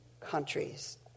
countries